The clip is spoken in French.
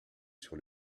sur